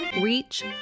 reach